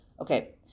okay